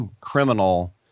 criminal